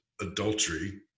adultery